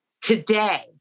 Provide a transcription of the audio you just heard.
Today